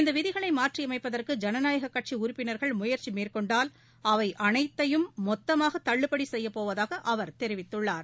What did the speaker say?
இந்த விதிகளை மாற்றியமைப்பதற்கு ஜனநாயக கட்சி உறுப்பினர்கள் முயற்சி மேற்கொண்டால் அவை அனைத்தையும் மொத்தமாக தள்ளுபடி செய்யப்போவதாக அவர் தெரிவித்துள்ளார்